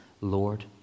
Lord